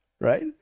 right